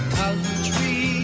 country